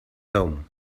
home